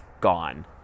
gone